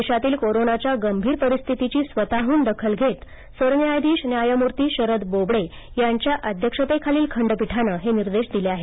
देशातील कोरोनाच्या गंभीर परिस्थितीची स्वतह्न दखल घेत सर न्यायाधीश न्यायमूर्ती शरद बोबडे यांच्या अध्यक्षतेखालील खंडपीठाने हे निर्देश दिले आहेत